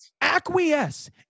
acquiesce